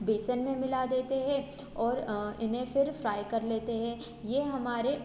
बेसन में मिला देते हैं और इन्हें फिर फ़्राई कर लेते हैं ये हमारे